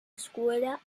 escuela